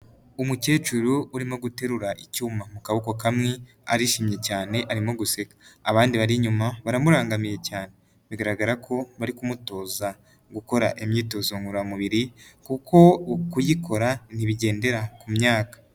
Umukecuru urimo guterura icyuma mu kaboko kamwe, arishimye cyane arimo guseka. Abandi bari inyuma baramurangamiye cyane. Bigaragara ko bari kumutoza gukora imyitozo ngororamubiri kuko kuyikora ntibigendera ku myaka.